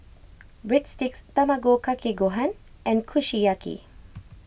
Breadsticks Tamago Kake Gohan and Kushiyaki